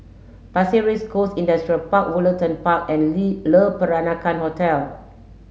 Pasir Ris Coast Industrial Park Woollerton Park and Le Peranakan Hotel